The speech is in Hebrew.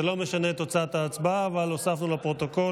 זה לא משנה את תוצאת ההצבעה, אבל הוספנו לפרוטוקול